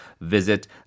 visit